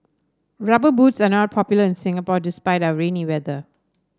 rubber boots are not popular in Singapore despite our rainy weather